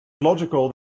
logical